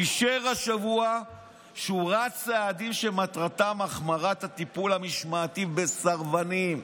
"אישר השבוע שורת צעדים שמטרתם החמרת הטיפול המשמעתי בסרבנים",